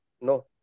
No